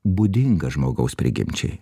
būdinga žmogaus prigimčiai